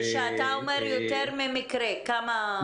כשאתה אומר לנו יותר ממקרה, כמה?